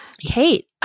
Kate